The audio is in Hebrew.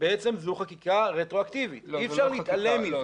בעצם זו חקיקה רטרואקטיבית, אי אפשר להתעלם מזה.